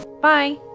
Bye